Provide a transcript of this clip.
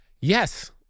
Yes